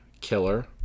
killer